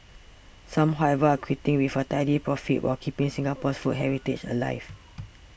some however are quitting with a tidy profit while keeping Singapore's food heritage alive